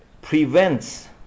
prevents